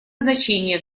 значение